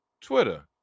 Twitter